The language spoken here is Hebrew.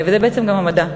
וזה בעצם גם המדע.